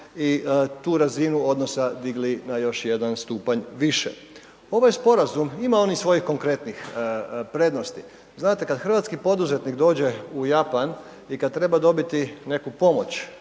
i tu razinu odnosa digli na još jedan stupanj više. Ovaj sporazum, ima on i svojih konkretnih prednosti, znate kada hrvatski poduzetnik dođe u Japan i kada treba dobiti neku pomoć